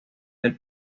del